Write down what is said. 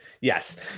Yes